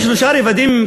יש שלושה רבדים,